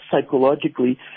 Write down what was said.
psychologically